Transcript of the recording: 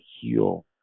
heal